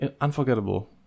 Unforgettable